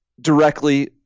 directly